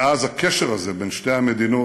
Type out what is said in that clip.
מאז, הקשר הזה בין שתי המדינות